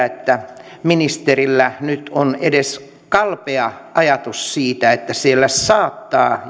että ministerillä nyt on edes kalpea ajatus siitä että siellä saattaa